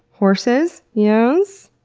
horses? yes?